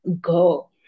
go